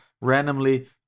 randomly